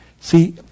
See